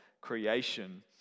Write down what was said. creation